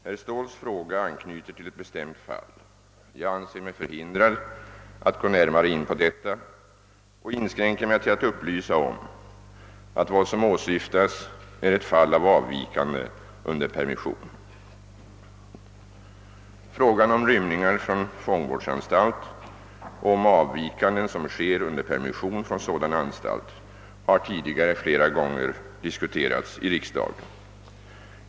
Herr Ståhls fråga anknyter till ett bestämt fall. Jag anser mig förhindrad att gå närmare in på detta och inskränker mig till att upplysa om att vad som åsyftas är ett fall av avvikande under permission. Frågan om rymningar från fångvårdsanstalt och om avvikanden som sker under permission från sådan anstalt har tidigare flera gånger diskuterats i riksdagen.